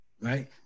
Right